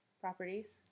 properties